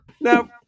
now